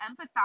empathize